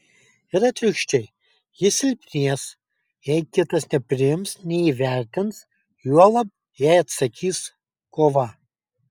ir atvirkščiai ji silpnės jei kitas nepriims neįvertins juolab jei atsakys kova